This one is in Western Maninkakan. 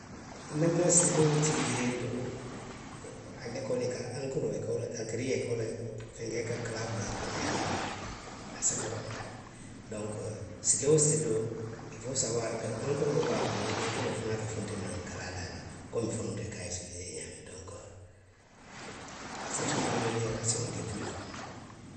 Nanna isitiloo utilisee, ntelu a lekooli i ka ankiroo i ka wo le, ankiriyee i ka wo le fenke, i ka kalaa bula a kono i ye a, a, safeeroo ka a la donku. isitiloo woo isitiloo, ili foo saawaari ko ankiroo le be a kono, wo ankiroo fanaŋ ka funtinaŋ kalaa daa la komiŋ folonto nŋa esipilikee i ye ňaamiŋ to. Se tuni ameliyoorasiyoŋ des piliimu.